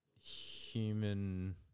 human